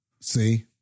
See